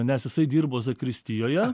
nes jisai dirbo zakristijoje